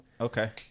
Okay